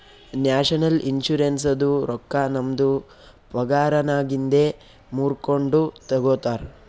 national ಇನ್ಶುರೆನ್ಸದು ರೊಕ್ಕಾ ನಮ್ದು ಪಗಾರನ್ನಾಗಿಂದೆ ಮೂರ್ಕೊಂಡು ತಗೊತಾರ್